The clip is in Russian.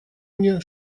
мне